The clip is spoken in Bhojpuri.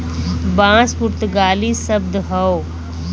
बांस पुर्तगाली शब्द हौ